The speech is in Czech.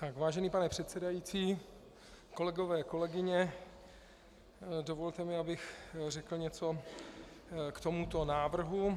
Vážený pane předsedající, kolegové, kolegyně, dovolte mi, abych řekl něco k tomuto návrhu.